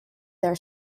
their